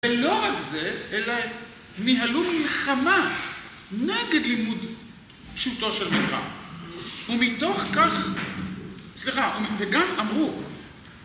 ולא רק זה, אלא הם ניהלו מלחמה נגד לימוד פשוטו של מקרא, ומתוך כך, סליחה, וגם אמרו